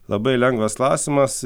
labai lengvas klausimas